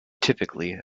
typically